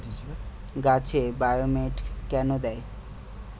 গাছে বায়োমেট কেন দেয়?